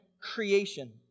creation